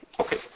Okay